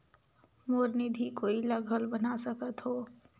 मोर निधि कोई ला घल बना सकत हो?